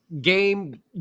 Game